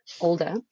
older